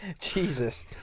Jesus